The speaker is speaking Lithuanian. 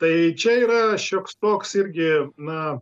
tai čia yra šioks toks irgi na